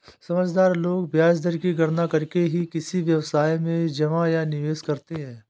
समझदार लोग ब्याज दर की गणना करके ही किसी व्यवसाय में जमा या निवेश करते हैं